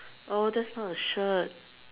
oh that's not a shirt